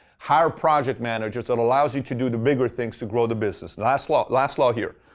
hire project managers that allows you to do the bigger things to grow the business. last law last law here.